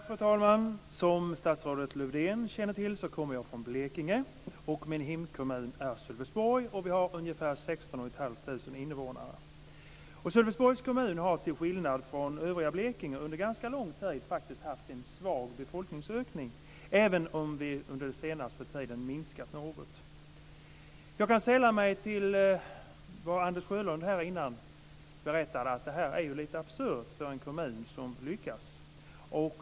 Fru talman! Som statsrådet Lövdén känner till kommer jag från Blekinge. Min hemkommun är Sölvesborg. Vi har ungefär 16 500 invånare. Sölvesborgs kommun har, till skillnad från övriga Blekinge, under ganska lång tid faktiskt haft en svag befolkningsökning, även om vi under den sista tiden har minskat något. Jag kan sälla mig till vad Anders Sjölund har berättat, nämligen att det kan vara absurt för en kommun som lyckas.